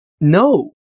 No